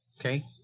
Okay